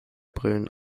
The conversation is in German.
brillen